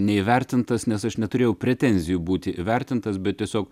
neįvertintas nes aš neturėjau pretenzijų būti įvertintas bet tiesiog